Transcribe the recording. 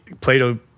Plato